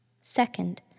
Second